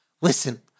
Listen